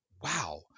wow